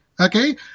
okay